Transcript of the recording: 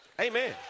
Amen